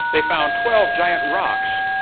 they found twelve giant rocks.